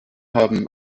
haben